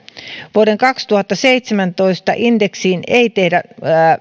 vuoden kaksituhattaseitsemäntoista indeksiin ei tehdä